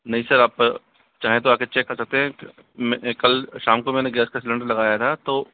नहीं सर आप चाहे तो आकर चेक कर सकते हैं कल शाम को मैंने गैस का सिलेंडर लगाया था तो